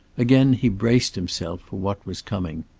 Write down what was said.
again he braced himself for what was coming.